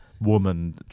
woman